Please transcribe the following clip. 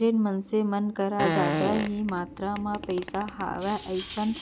जेन मनसे मन कर जादा ही मातरा म पइसा हवय अइसन